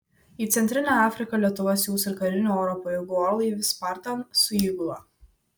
į centrinę afriką lietuva siųs ir karinių oro pajėgų orlaivį spartan su įgula